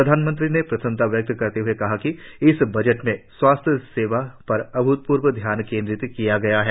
प्रधानमंत्री ने प्रसन्नता व्यक्त करते हए कहा कि इस बजट में स्वास्थ्य सेवा पर अभूतपूर्व ध्यान केन्द्रित किया गया है